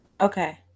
Okay